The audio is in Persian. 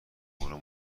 برو